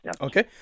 Okay